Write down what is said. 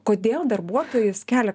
kodėl darbuotojas kelia